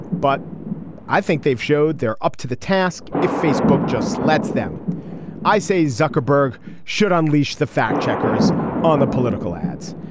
but i think they've showed there up to the task. if facebook just lets them i say zuckerberg should unleash the fact checkers on the political ads.